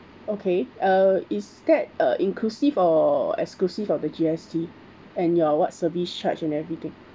okay uh is that uh inclusive or exclusive of the G_S_T and your what service charge and everything